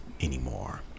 anymore